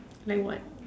like what